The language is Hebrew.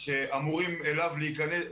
שאמורים להיכנס אליו.